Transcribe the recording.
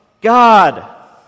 God